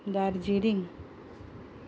Darjeeling